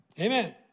Amen